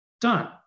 done